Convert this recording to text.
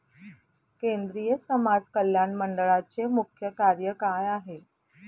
केंद्रिय समाज कल्याण मंडळाचे मुख्य कार्य काय आहे?